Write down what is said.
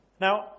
Now